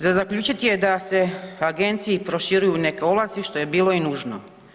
Za zaključiti je da se agenciji proširuju neke ovlasti što je bilo i nužno.